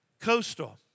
Coastal